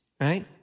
right